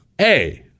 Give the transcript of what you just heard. A-